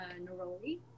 neroli